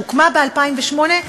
שהוקמה ב-2008,